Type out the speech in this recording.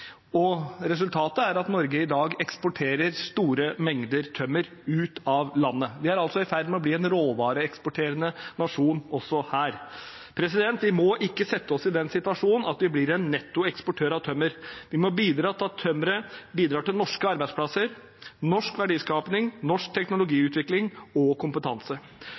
og resultatet er at Norge i dag eksporterer store mengder tømmer ut av landet. Vi er altså i ferd med å bli en råvareeksporterende nasjon også her. Vi må ikke sette oss i den situasjon at vi blir en nettoeksportør av tømmer. Vi må bidra til at tømmeret bidrar til norske arbeidsplasser, norsk verdiskaping, norsk teknologiutvikling og kompetanse.